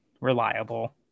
reliable